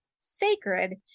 sacred